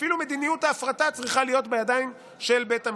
אפילו מדיניות ההפרטה צריכה להיות בידיים של בית המשפט.